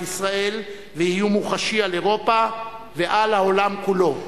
ישראל ואיום מוחשי על אירופה ועל העולם כלו.